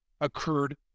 occurred